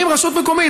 אם רשות מקומית,